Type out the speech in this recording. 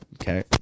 Okay